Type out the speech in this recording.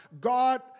God